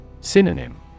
Synonym